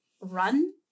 run